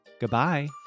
Goodbye